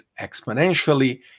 exponentially